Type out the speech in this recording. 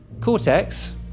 Cortex